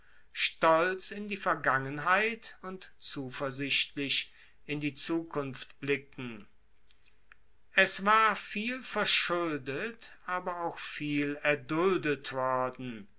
stolz in die vergangenheit und zuversichtlich in die zukunft blicken es war viel verschuldet aber auch viel erduldet worden